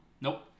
Nope